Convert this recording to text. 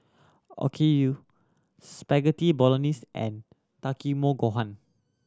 Okayu Spaghetti Bolognese and Takikomi Gohan